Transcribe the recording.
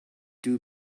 two